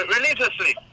Religiously